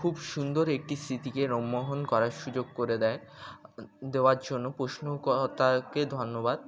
খুব সুন্দর একটি স্মৃতিকে রোমন্থন করার সুযোগ করে দেয় দেওয়ার জন্য প্রশ্নকর্তাকে ধন্যবাদ